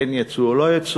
כן יצוא או לא יצוא,